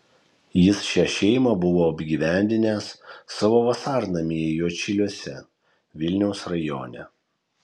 jis šią šeimą buvo apgyvendinęs savo vasarnamyje juodšiliuose vilniaus rajone